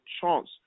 chance